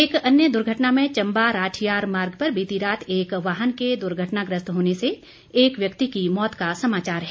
एक अन्य दुर्घटना में चम्बा राठियार मार्ग पर बीती रात एक वाहन के दुर्घटनाग्रस्त होने से एक व्यक्ति की मौत का समाचार है